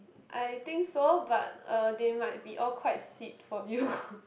I think so but uh they might be all quite sweet for you